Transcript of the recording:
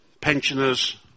pensioners